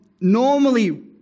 normally